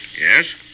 Yes